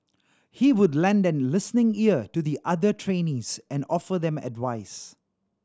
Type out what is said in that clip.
he would lend a listening ear to the other trainees and offer them advice